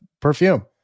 perfume